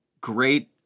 great